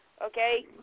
Okay